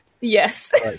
Yes